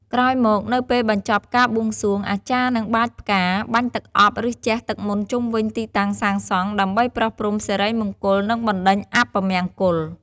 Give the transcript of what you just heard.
ក្រោយមកនៅពេលបញ្ចប់ការបួងសួង អាចារ្យនឹងបាចផ្កា បាញ់ទឹកអប់ ឬជះទឹកមន្តជុំវិញទីតាំងសាងសង់ ដើម្បីប្រោសព្រំសិរីមង្គល និងបណ្ដេញអពមង្គល។